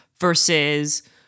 versus